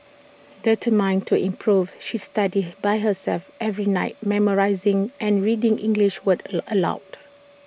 determined to improve she studied by herself every night memorising and reading English words A aloud